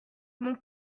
mon